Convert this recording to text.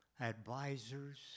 advisors